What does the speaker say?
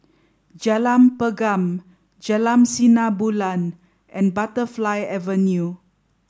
Jalan Pergam Jalan Sinar Bulan and Butterfly Avenue